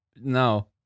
No